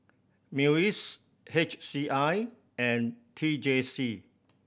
MUIS H C I and T J C